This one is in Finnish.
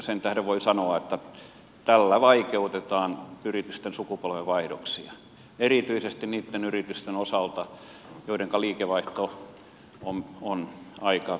sen tähden voi sanoa että tällä vaikeutetaan yritysten sukupolvenvaihdoksia erityisesti niitten yritysten osalta joiden liikevaihto on aika merkittävää